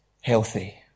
healthy